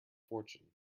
fortune